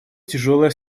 тяжелое